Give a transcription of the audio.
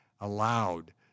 allowed